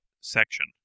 section